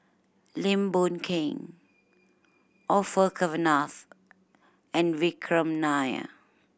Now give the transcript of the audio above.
Lim Boon Keng Orfeur Cavenagh and Vikram Nair